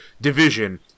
division